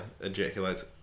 ejaculates